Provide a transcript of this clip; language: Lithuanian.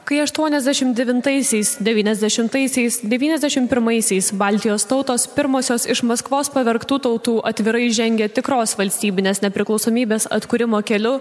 kai aštuoniasdešimt devintaisiais devyniasdešimtaisiais devyniasdešimt pirmaisiais baltijos tautos pirmosios iš maskvos pavergtų tautų atvirai žengia tikros valstybinės nepriklausomybės atkūrimo keliu